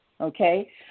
Okay